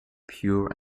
pure